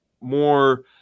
more